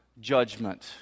judgment